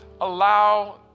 allow